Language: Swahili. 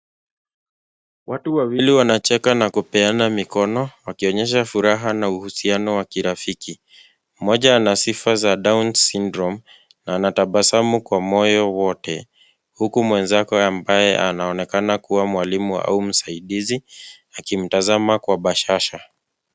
Watu wawili wanacheka na kupeana mikono wakionyesha furaha na uhusiano wa kirafiki. Mmoja na sifa za down syndrome na anatabasamu kwa moyo wote, huku mwenzake ambaye anayeonekana kuwa mwalimu au msaidizi akimtazama kwa bashasha.